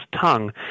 tongue